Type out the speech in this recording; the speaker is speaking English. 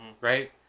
Right